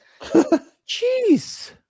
Jeez